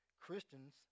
Christians